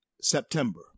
september